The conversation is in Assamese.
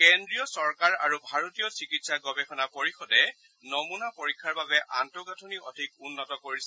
কেন্দ্ৰীয় চৰকাৰ আৰু ভাৰতীয় চিকিৎসা গৱেষণা পৰিষদে নমুনা পৰীক্ষাৰ বাবে আন্তঃগাঁথনি অধিক উন্নত কৰিছে